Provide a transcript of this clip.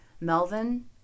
Melvin